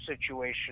situation